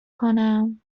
کنم